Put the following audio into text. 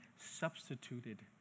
substituted